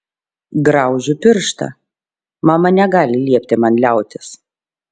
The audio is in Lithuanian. graužiu pirštą mama negali liepti man liautis